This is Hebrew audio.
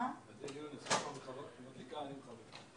אנחנו עוסקים בתחום האחריות שלנו